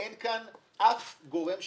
אין כאן אף גורם שייפגע,